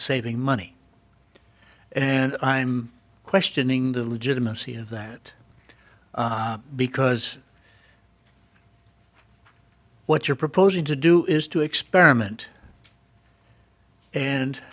saving money and i'm questioning the legitimacy of that because what you're proposing to do is to experiment and